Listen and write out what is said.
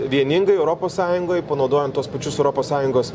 vieningai europos sąjungoj panaudojant tuos pačius europos sąjungos